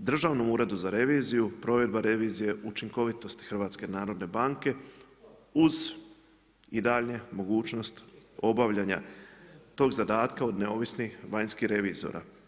Državnom uredu za reviziju, provedba revizija učinkovitosti uz i daljnje mogućnost obavljanja tog zadatka od neovisnih vanjskih revizora.